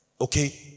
Okay